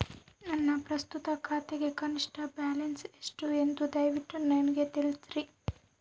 ನನ್ನ ಪ್ರಸ್ತುತ ಖಾತೆಗೆ ಕನಿಷ್ಠ ಬ್ಯಾಲೆನ್ಸ್ ಎಷ್ಟು ಎಂದು ದಯವಿಟ್ಟು ನನಗೆ ತಿಳಿಸ್ರಿ